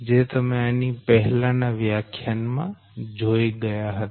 જે તમે આની પહેલા ના વ્યાખ્યાન માં જોઈ ગયા હતા